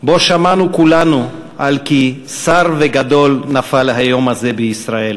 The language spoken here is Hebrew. שבו שמענו כולנו כי שר וגדול נפל היום הזה בישראל.